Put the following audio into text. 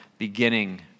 beginning